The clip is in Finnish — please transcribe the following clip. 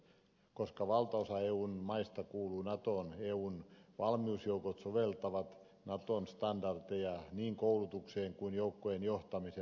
koska valtaosa eu maista kuuluu natoon eun valmiusjoukot soveltavat naton standardeja niin koulutuksen kuin joukkojen johtamisen osalta